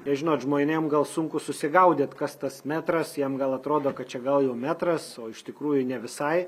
nes žinot žmonėm gal sunku susigaudyt kas tas metras jam gal atrodo kad čia gal jau metras o iš tikrųjų ne visai